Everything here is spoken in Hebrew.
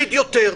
נקפיד יותר.